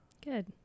Good